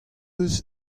eus